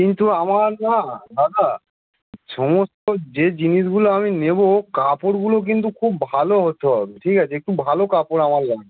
কিন্তু আমার না দাদা সমস্ত যে জিনিসগুলো আমি নেবো কাপড়গুলো কিন্তু খুব ভালো হতে হবে ঠিক আছে একটু ভালো কাপড় আমার লাগবে